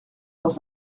dans